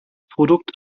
produkt